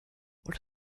what